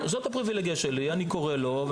זאת הפריבילגיה שלי אני קורא לו,